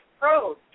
pros